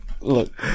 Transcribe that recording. look